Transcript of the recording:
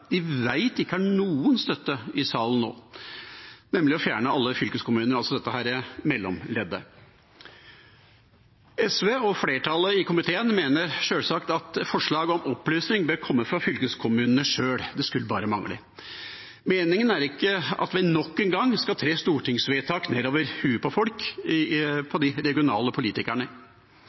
de vet det ikke er noen støtte for i salen nå, nemlig å fjerne alle fylkeskommunene, altså dette mellomleddet. SV og flertallet i komiteen mener sjølsagt at forslag om oppløsning bør komme fra fylkeskommunene sjøl – det skulle bare mangle. Meningen er ikke at vi nok en gang skal tre stortingsvedtak nedover hodet på folk, på de regionale politikerne.